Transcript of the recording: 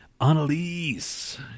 Annalise